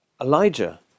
Elijah